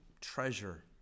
treasure